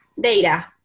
data